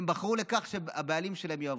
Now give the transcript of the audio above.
שהן בחרו שהבעלים שלהן יהיו אברכים.